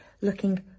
looking